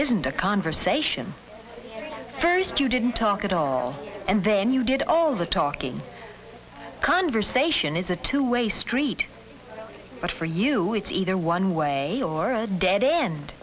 isn't the conversation first you didn't talk at all and then you did all the talking conversation is a two way street but for you it's either one way or a dead end